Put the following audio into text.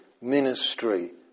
ministry